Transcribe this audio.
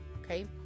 okay